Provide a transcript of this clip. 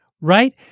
right